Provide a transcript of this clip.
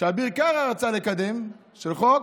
שאביר קארה רצה לקדם, של חוק,